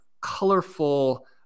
colorful